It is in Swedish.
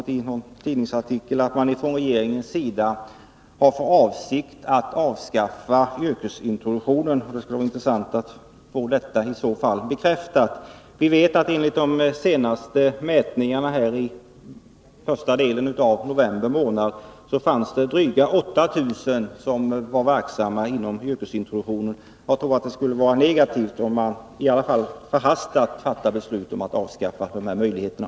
Av en tidningsartikel framgår nämligen att man från regeringens sida har för avsikt att avskaffa yrkesintroduktionen. Det skulle vara intressant att få bekräftat om det är så. Vi vet att det enligt de senaste mätningarna under första hälften av november månad fanns drygt 8 000 verksamma inom yrkesintroduktionen. Jag tror att det skulle vara negativt om man förhastat fattade beslut om att avskaffa de möjligheterna.